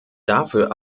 dafür